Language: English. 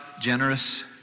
generous